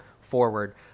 forward